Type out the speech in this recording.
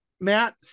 Matt